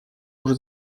уже